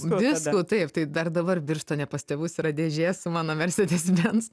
diskų taip tai dar dabar birštone pas tėvus yra dėžė su mano mercedes benz